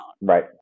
Right